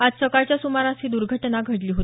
आज सकाळच्या सुमारास ही दुर्घटना घडली आहे